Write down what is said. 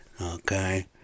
Okay